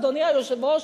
אדוני היושב-ראש,